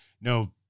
no